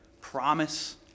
promise